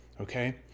okay